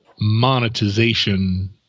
monetization